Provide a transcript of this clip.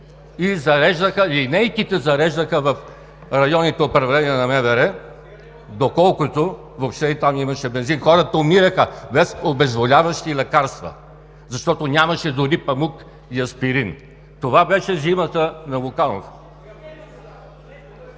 линейките зареждаха в районните управления на МВР, доколкото въобще и там имаше бензин. Хората умираха без обезболяващи лекарства, защото нямаше дори памук и аспирин. (Реплики от „БСП за